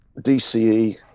DCE